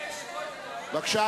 בסדר,